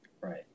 Right